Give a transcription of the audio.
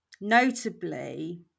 notably